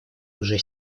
уже